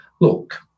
Look